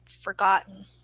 forgotten